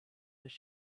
does